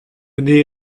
n’ai